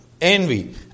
Envy